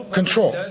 control